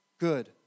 good